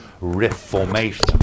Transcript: reformation